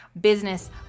business